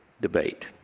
debate